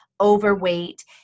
overweight